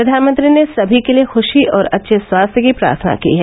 प्रधानमंत्री ने सभी के लिए खुशी और अच्छे स्वास्थ्य की प्रार्थना की है